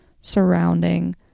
surrounding